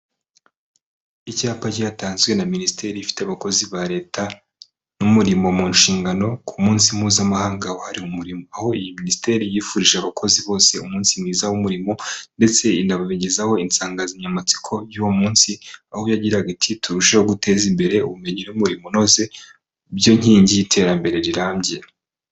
Icyapa cyatanzwe na minisiteri ifite abakozi ba leta n'umurimo mu nshingano ku munsi mpuzamahanga wahariwe umurimo, aho iyi minisiteri yifurije abakozi bose umunsi mwiza w'umurimo ndetse inabagezaho insanganyamatsiko y'uwo munsi, aho yagiraga iti turushasheho guteza imbere ubumenyi n'umurimo unoze byo nkingi y'iterambere rirambye.